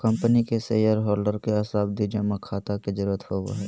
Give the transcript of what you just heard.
company के shareholder के सावधि जमा खाता के जरूरत होवो हय